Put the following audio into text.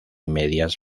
medias